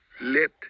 let